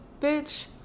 bitch